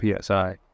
PSI